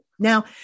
Now